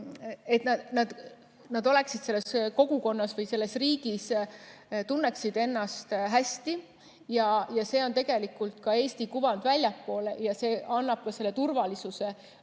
side, et nad selles kogukonnas või selles riigis tunneksid ennast hästi. See on tegelikult ka Eesti kuvand väljapoole ja see annab turvalisuse ka